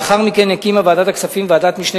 לאחר מכן הקימה ועדת הכספים ועדת משנה